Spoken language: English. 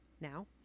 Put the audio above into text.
Now